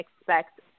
expect